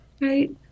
right